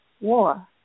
war